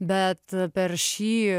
bet per šį